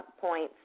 points